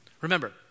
Remember